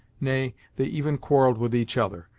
nay, they even quarrelled with each other,